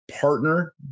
partner